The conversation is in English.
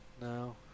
no